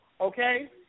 okay